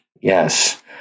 Yes